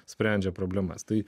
sprendžia problemas tai